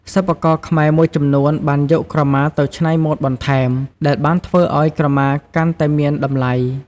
សិប្បករខ្មែរមួយចំនួនបានយកក្រមាទៅច្នៃម៉ូដបន្ថែមដែលបានធ្វើឱ្យក្រមាកាន់តែមានតម្លៃ។